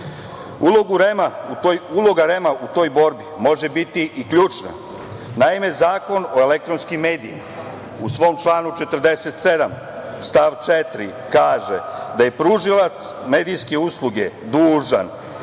Uloga REM-a u toj borbi može biti i ključna. Naime, Zakon o elektronskim medijima u svom članu 47. stav 4. kaže da je pružilac medijske usluge dužan